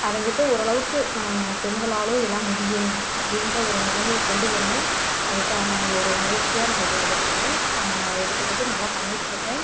அடைஞ்சிட்டு ஓரளவுக்கு பெண்களாலும் எல்லாம் முடியும் அப்படின்ற ஒரு நிலைமைய கொண்டு வரணும் அதுக்கான ஒரு முயற்சியாக நான் இதை எடுத்துக்கிறேன் எடுத்துக்கிட்டு நல்லா பண்ணிட்டிருக்கேன்